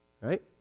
Right